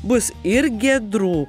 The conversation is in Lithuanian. bus ir giedrų